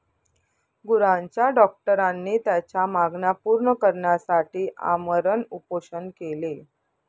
गुरांच्या डॉक्टरांनी त्यांच्या मागण्या पूर्ण करण्यासाठी आमरण उपोषण केले